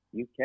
UK